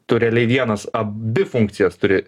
tu realiai vienas abi funkcijas turi